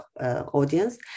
audience